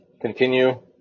continue